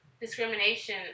discrimination